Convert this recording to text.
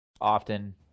often